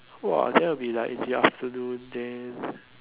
!wah! that would be like in the afternoon then